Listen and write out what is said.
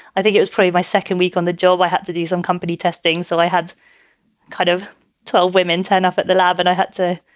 i think it was pretty. my second week on the job, i had to do some company testing. so i had kind of twelve women turn up at the lab and i had to,